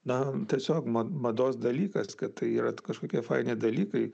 na tiesiog mad mados dalykas kad tai yra kažkokie faini dalykai